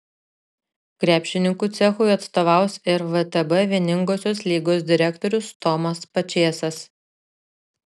krepšininkų cechui atstovaus ir vtb vieningosios lygos direktorius tomas pačėsas